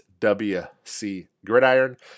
WCGridiron